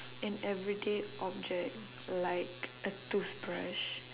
an everyday object like a toothbrush